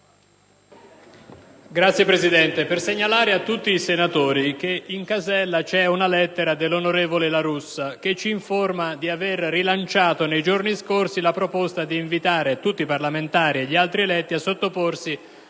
Signor Presidente, segnalo a tutti i senatori che nella casella di posta c'è una lettera dell'onorevole La Russa che ci informa di avere rilanciato nei giorni scorsi la proposta di invitare tutti i parlamentari e gli altri eletti a sottoporsi